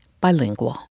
Bilingual